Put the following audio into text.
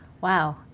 Wow